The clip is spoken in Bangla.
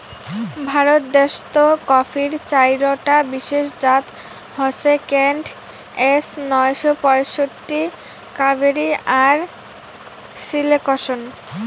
ভারত দেশ্ত কফির চাইরটা বিশেষ জাত হসে কেন্ট, এস নয়শো পঁয়ষট্টি, কাভেরি আর সিলেকশন